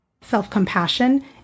self-compassion